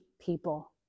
people